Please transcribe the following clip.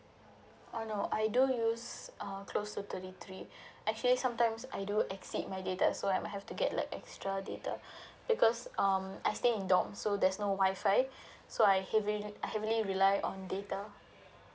uh no I do use um close to thirty three actually sometimes I do exceed my data so I might have to get like extra data because um I stay in dorms so there's no WI-FI so I heavi~ heavily rely on data